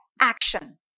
action